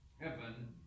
Heaven